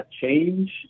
change